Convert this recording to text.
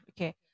Okay